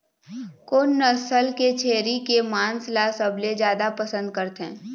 कोन नसल के छेरी के मांस ला सबले जादा पसंद करथे?